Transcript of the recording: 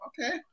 Okay